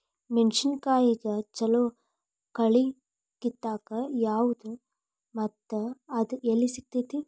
ಮೆಣಸಿನಕಾಯಿಗ ಛಲೋ ಕಳಿ ಕಿತ್ತಾಕ್ ಯಾವ್ದು ಮತ್ತ ಅದ ಎಲ್ಲಿ ಸಿಗ್ತೆತಿ?